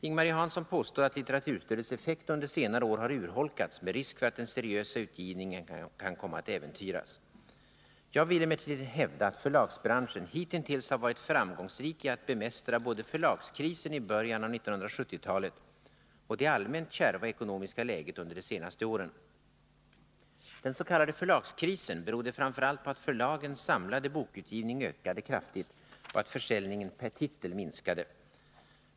Ing-Marie Hansson påstår att litteraturstödets effekt under senare år har urholkats med risk för att den seriösa utgivningen kan komma att äventyras. Jag vill emellertid hävda att förlagsbranschen hitintills har varit framgångsrik i att bemästra både förlagskrisen i början av 1970-talet och det allmänt kärva ekonomiska läget under de senaste åren. Den s.k. förlagskrisen berodde framför allt på att förlagens samlade bokutgivning ökade kraftigt och att försäljningen per titel minskade.